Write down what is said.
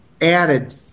added